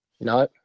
No